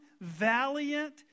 valiant